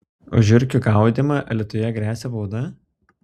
už žiurkių gaudymą alytuje gresia bauda